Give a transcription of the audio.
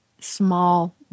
small